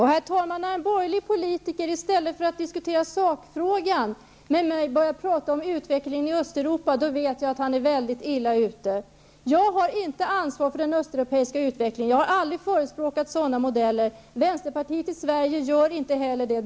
Herr talman! När en borgerlig politiker i stället för att diskutera sakfrågan med mig börjar tala om utvecklingen i Östeuropa, då vet jag att han är väldigt illa ute. Jag har inte ansvar för den östeuropeiska utvecklingen. Jag har aldrig förespråkat sådana modeller. Vänsterpartiet i Sverige gör det inte heller.